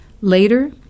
Later